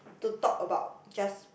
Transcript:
to talk about just